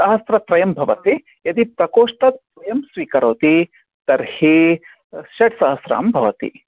सहस्रत्रयं भवति यदि प्रकोष्ठद्वयं स्वीकरोति तर्हि षट् सहस्रं भवति